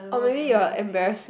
or maybe you are embarrassing